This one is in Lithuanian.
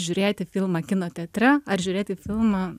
žiūrėti filmą kino teatre ar žiūrėti filmą